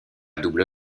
double